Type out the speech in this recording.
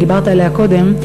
שדיברת עליה קודם,